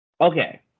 Okay